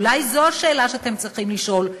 אולי זו השאלה שאתם צריכים לשאול,